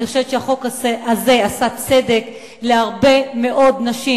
אני חושבת שהחוק הזה עשה צדק להרבה מאוד נשים